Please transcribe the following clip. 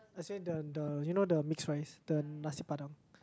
as in the the you know the mixed rice the nasi padang